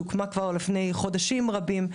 שהוקמה כבר לפני חודשים רבים,